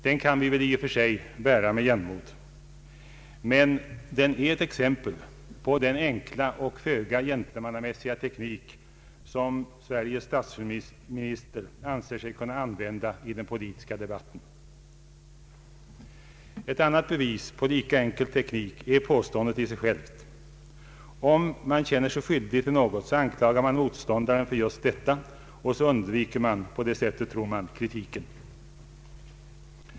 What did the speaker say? Den kan vi väl i och för sig bära med jämnmod, men den är ett exempel på den enkla och föga gentlemannamässiga teknik som Sveriges statsminister anser sig kunna använda i den politiska debatten. Ett annat bevis på lika enkel teknik är påståendet i sig självt. Om man känner sig skyldig till något, anklagar man motståndaren för just detta och undviker på så sätt — tror man — kritiken.